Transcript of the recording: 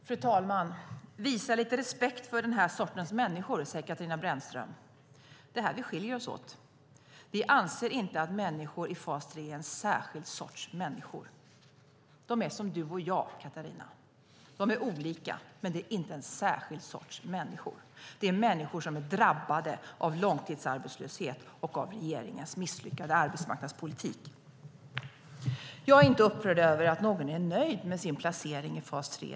Fru talman! Visa lite respekt för den här sortens människor, säger Katarina Brännström. Det är här vi skiljer oss åt. Vi anser inte att människor i fas 3 är en särskild sorts människor. De är som du och jag, Katarina. De är olika, men det är inte en särskild sorts människor. Det är människor som är drabbade av långtidsarbetslöshet och av regeringens misslyckade arbetsmarknadspolitik. Jag är inte upprörd över att någon är nöjd med sin placering i fas 3.